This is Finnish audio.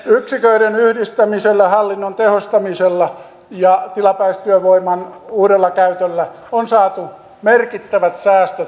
yksiköiden yhdistämisellä hallinnon tehostamisella ja tilapäistyövoiman uudella käytöllä on saatu merkittävät säästöt